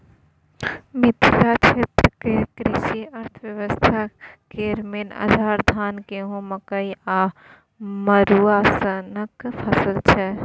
मिथिला क्षेत्रक कृषि अर्थबेबस्था केर मेन आधार, धान, गहुँम, मकइ आ मरुआ सनक फसल छै